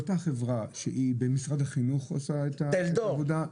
זה אותה חברה שהיא במשרד החינוך עושה את העבודה.